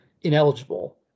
ineligible